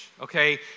okay